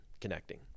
connecting